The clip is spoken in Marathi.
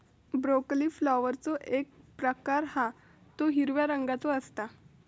ब्रोकली फ्लॉवरचो एक प्रकार हा तो हिरव्या रंगाचो असता